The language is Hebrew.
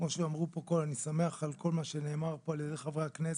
כמו שאמרו פה קודם ואני שמח על כל מה שנאמר פה על ידי חברי הכנסת,